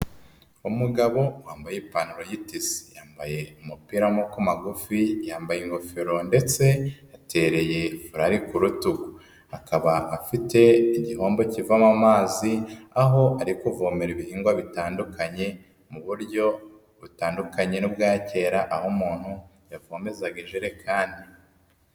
Umugabo wambaye ipantaro y'itesi, yambaye umupira w'amaboko magufi, yambaye ingofero ndetse atereye furari ku rutugu, akaba afite igihombo kivoma amazi, aho ari kuvomera ibihingwa bitandukanye mu buryo butandukanye n'ubwa kera, aho umuntu yavomezaga injerekani.